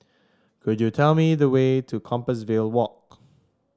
could you tell me the way to Compassvale Walk